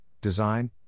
design